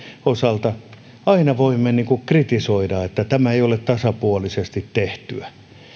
osalta aina voimme kritisoida että tämä ei ole tasapuolisesti tehtyä